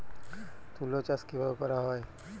তুলো চাষ কিভাবে করা হয়?